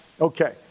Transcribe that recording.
Okay